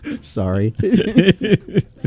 Sorry